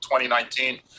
2019